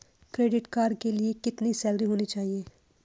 Credit card के लिए कितनी सैलरी होनी चाहिए?